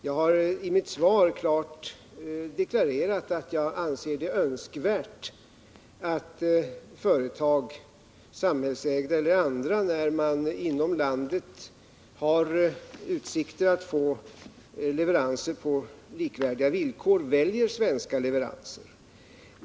Jag har i mitt svar klart deklarerat att jag anser det önskvärt att företag — samhällsägda eller andra — när man inom landet har utsikter att få leveranser på likvärdiga villkor väljer svenska leveranser.